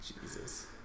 Jesus